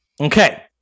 Okay